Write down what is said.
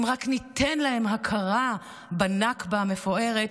אם רק ניתן להם הכרה בנכבה המפוארת,